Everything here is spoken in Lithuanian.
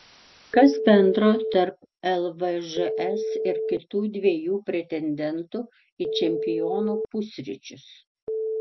kas bendro tarp lvžs ir kitų dviejų pretendentų į čempionų pusryčius